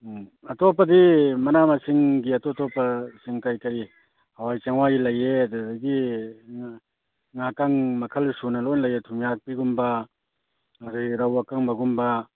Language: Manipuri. ꯎꯝ ꯑꯇꯣꯞꯄꯗꯤ ꯃꯅꯥ ꯃꯁꯤꯡꯒꯤ ꯑꯇꯣꯞ ꯑꯇꯣꯞꯄꯁꯤꯡ ꯀꯩ ꯀꯩ ꯍꯋꯥꯏ ꯆꯦꯡꯋꯥꯏ ꯂꯩꯌꯦ ꯑꯗꯨꯗꯒꯤ ꯉꯥꯀꯪ ꯃꯈꯜ ꯁꯨꯅ ꯂꯣꯏ ꯂꯩꯌꯦ ꯊꯨꯝꯌꯥꯛꯄꯤꯒꯨꯝꯕ ꯑꯗꯩ ꯔꯧ ꯑꯀꯪꯕꯒꯨꯝꯕ